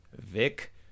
Vic